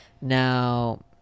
Now